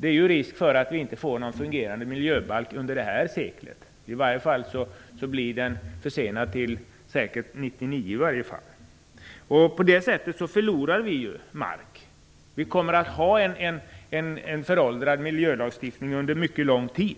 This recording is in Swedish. Risken finns nu att vi inte under det här seklet får en fungerande miljöbalk. I varje fall försenas den - säkert till 1999. På det sättet förlorar vi mark. Vi kommer att få ha en föråldrad miljölagstiftning under en mycket lång tid.